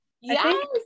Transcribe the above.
Yes